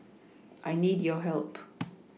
I need your help